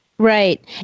Right